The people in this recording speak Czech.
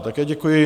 Také děkuji.